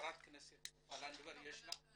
חברת הכנסת סופה לנדבר את רוצה לומר משהו?